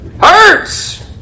hurts